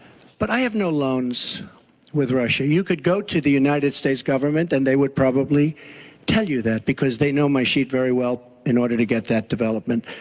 but i have no loans with russia. you could go to the united states government and they would probably tell you that because they know my sheet very well in order to get that development,